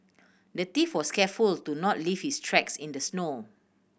the thief was careful to not leave his tracks in the snow